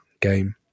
game